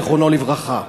זיכרונו לברכה.